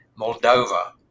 Moldova